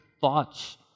thoughts